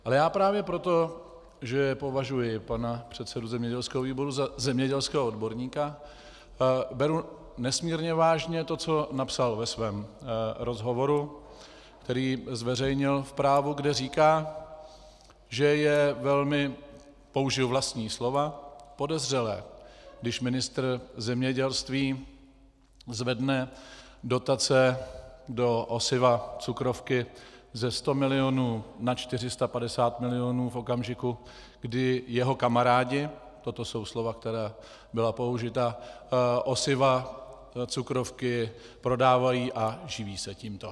Ale já právě proto, že považuji pana předsedu zemědělského výboru za zemědělského odborníka, beru nesmírně vážně to, co napsal ve svém rozhovoru, který zveřejnil v Právu, kde říká, že je velmi použiji vlastní slova podezřelé, když ministr zemědělství zvedne dotace do osiva cukrovky ze 100 milionů na 450 milionů v okamžiku, kdy jeho kamarádi toto jsou slova, která byla použita osiva cukrovky prodávají a živí se tímto.